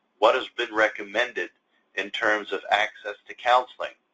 what has been recommended in terms of access to counseling,